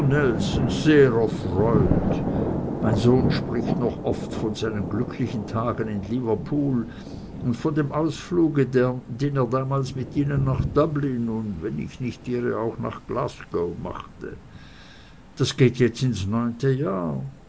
mein sohn spricht noch oft von seinen glücklichen tagen in liverpool und von dem ausfluge den er damals mit ihnen nach dublin und wenn ich nicht irre auch nach glasgow machte das geht jetzt ins neunte jahr